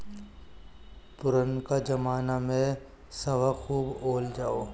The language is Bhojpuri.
पुरनका जमाना में सावा खूब बोअल जाओ